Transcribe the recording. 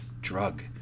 drug